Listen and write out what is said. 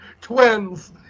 twins